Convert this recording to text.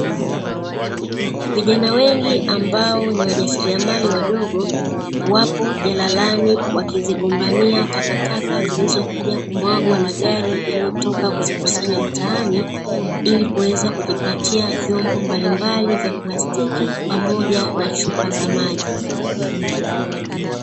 Vijana wengi ambao ni wajasiriamali wadogo wapo jalalani